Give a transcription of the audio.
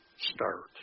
start